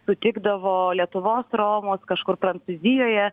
sutikdavo lietuvos romus kažkur prancūzijoje